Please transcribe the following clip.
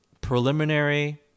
preliminary